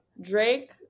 Drake